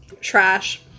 Trash